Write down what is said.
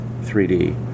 3D